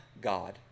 God